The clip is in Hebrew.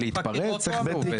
חקירות.